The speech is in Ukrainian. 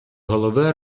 голови